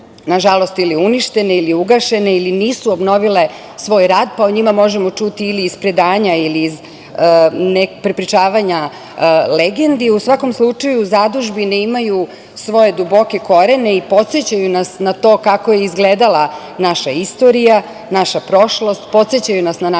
nažalost, uništene ili ugašene ili nisu obnovile svoj rad, pa o njima možemo čuti ili iz predanja ili iz prepričavanja legendi. U svakom slučaju, zadužbine imaju svoje duboke korene i podsećaju nas na to kako je izgledala naša istorija, naša prošlost, podsećaju nas na naše